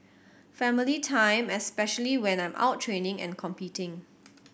family time especially when I'm out training and competing